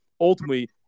ultimately